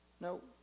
No